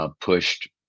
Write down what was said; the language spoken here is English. pushed